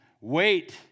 wait